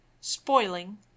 spoiling